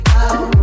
out